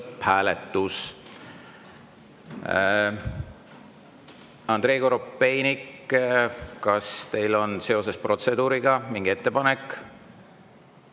lõpphääletus. Andrei Korobeinik, kas teil on seoses protseduuriga mingi ettepanek?